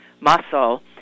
muscle